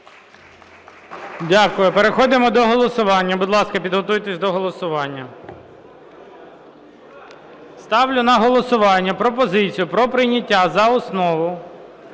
Дякую. Переходимо до голосування. Будь ласка, підготуйтесь до голосування. ставлю на голосування пропозицію про прийняття за основу